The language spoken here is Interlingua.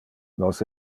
nos